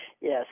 yes